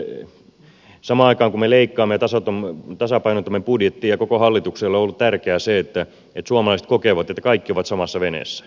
samaan aikaan kun me leikkaamme ja tasapainotamme budjettia koko hallitukselle on ollut tärkeää se että suomalaiset kokevat että kaikki ovat samassa veneessä